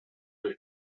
durch